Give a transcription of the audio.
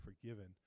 forgiven